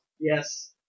Yes